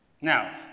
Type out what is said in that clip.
Now